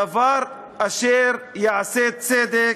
דבר אשר יעשה צדק,